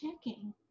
checking